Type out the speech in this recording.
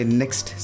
next